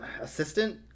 assistant